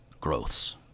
growths